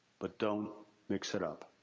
but don't mix it up.